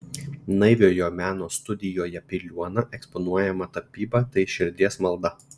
naiviojo meno studijoje piliuona eksponuojama tapyba tai širdies malda